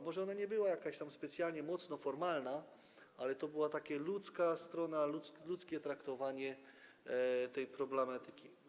Może ona nie była jakaś tam specjalnie mocno formalna, ale to była taka ludzka strona, ludzkie traktowanie tej problematyki.